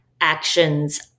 actions